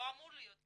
לא אמור להיות קשור.